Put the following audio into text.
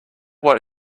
what